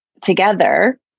together